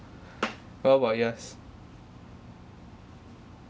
what about yours